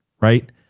right